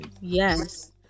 Yes